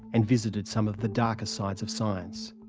and visited some of the darker sides of science.